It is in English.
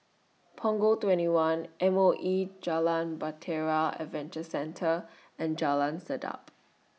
Punggol twenty one M O E Jalan Bahtera Adventure Centre and Jalan Sedap